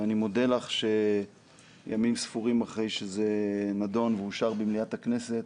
ואני מודה לך שימים ספורים אחרי שזה נדון ואושר במליאת הכנסת,